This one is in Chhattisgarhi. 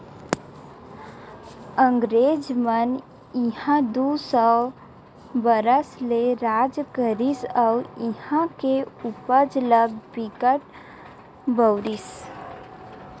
अंगरेज मन इहां दू सौ बछर ले राज करिस अउ इहां के उपज ल बिकट बउरिस